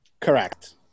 Correct